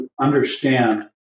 Understand